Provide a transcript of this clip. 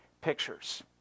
pictures